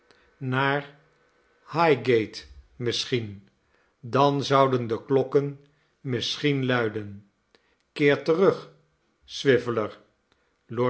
naar highgate misschien dan zouden de klokken misschien luiden keer terug